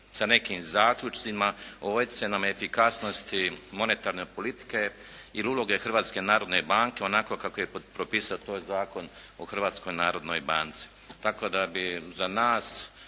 sa nekim zaključcima o ocjenama efikasnosti monetarne politike ili uloge Hrvatske narodne banke, onako kako je to propisao Zakon o Hrvatskoj narodnoj banci. Tako da bi za nas